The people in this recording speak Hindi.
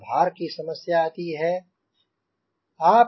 यहांँ भार की समस्या आती है